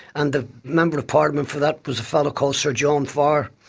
and the member of parliament for that was a fellow called sir john farr,